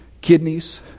kidneys